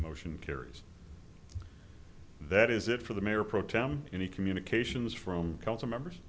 motion carries that is it for the mayor pro tem any communications from council members